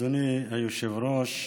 אדוני היושב-ראש,